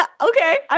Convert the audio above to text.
okay